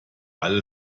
alle